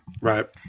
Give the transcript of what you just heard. Right